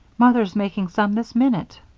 mother's making some this minute.